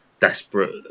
desperate